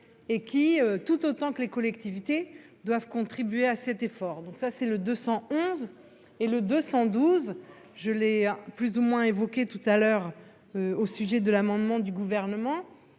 et qui tout autant que les collectivités doivent contribuer à cet effort, donc ça c'est le 211 et le 212. Je l'ai plus ou moins évoquée tout à l'heure. Au sujet de l'amendement du gouvernement